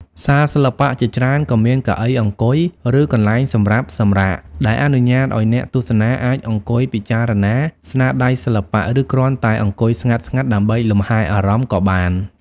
សាលសិល្បៈជាច្រើនក៏មានកៅអីអង្គុយ ឬកន្លែងសម្រាប់សម្រាក ដែលអនុញ្ញាតឲ្យអ្នកទស្សនាអាចអង្គុយពិចារណាស្នាដៃសិល្បៈ ឬគ្រាន់តែអង្គុយស្ងាត់ៗដើម្បីលំហែអារម្មណ៍ក៏បាន។